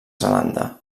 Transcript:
zelanda